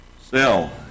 sell